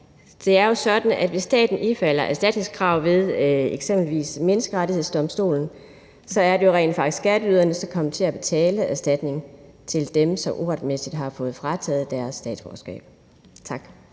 Det er jo sådan, at hvis staten ifalder erstatningskrav ved eksempelvis Menneskerettighedsdomstolen, er det rent faktisk skatteyderne, som kommer til at betale erstatningen til dem, som uretmæssigt har fået frataget deres statsborgerskab. Tak.